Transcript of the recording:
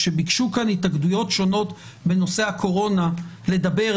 כשביקשו כאן התאגדויות שונות בנושא הקורונה לדבר,